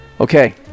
Okay